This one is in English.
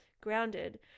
grounded